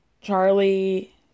Charlie